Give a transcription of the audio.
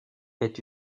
est